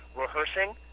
rehearsing